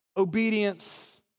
Obedience